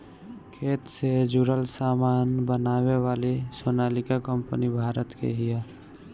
खेती से जुड़ल सामान बनावे वाली सोनालिका कंपनी भारत के हिय